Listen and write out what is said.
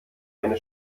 eine